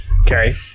okay